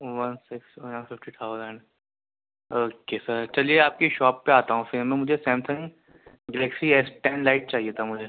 one six sixty thousand okay sir چلیے آپ کی شاپ پہ آتا ہوں پھر مجھے Samsung Galaxy S ten lite چاہیے تھا مجھے